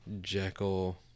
Jekyll